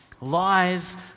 lies